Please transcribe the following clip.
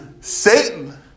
Satan